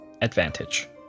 advantage